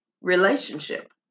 relationship